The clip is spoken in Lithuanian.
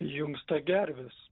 įjunksta gervės